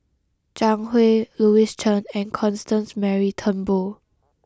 Zhang Hui Louis Chen and Constance Mary Turnbull